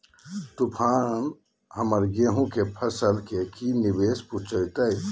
तूफान हमर गेंहू के फसल के की निवेस पहुचैताय?